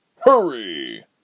Hurry